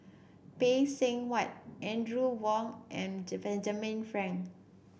Phay Seng Whatt Audrey Wong and Benjamin Frank